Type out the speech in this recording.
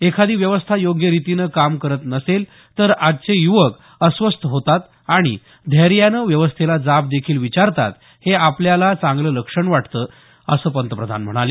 एखादी व्यवस्था योग्य रीतीनं काम करत नसेल तर आजचे युवक अस्वस्थ होतात आणि धैर्यानं व्यवस्थेला जाब देखील विचारतात हे आपल्याला चागल लक्षण वाटत असल्याच पतप्रधान म्हणाले